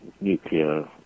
nuclear